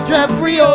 Jeffrey